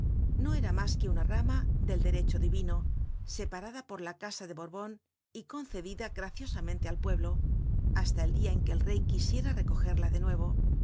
no era mas que una rama del derecho divino separada por la casa de borbon y concedida graciosamente al pueblo hasta el dia en que el rey quisiera recogerla de nuevo sin